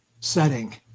setting